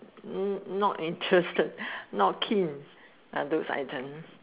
not interested not keen are those item